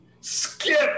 Skip